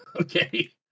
Okay